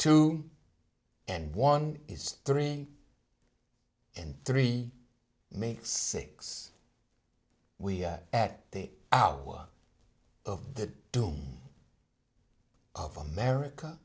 two and one is three and three make six we at the hour of the doom of america